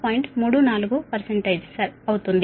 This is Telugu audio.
34 సరైనది అవుతుంది